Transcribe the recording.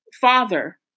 Father